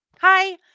hi